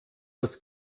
das